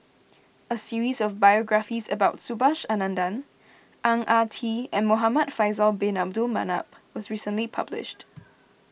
a series of biographies about Subhas Anandan Ang Ah Tee and Muhamad Faisal Bin Abdul Manap was recently published